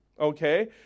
Okay